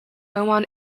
oman